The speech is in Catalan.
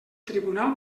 tribunal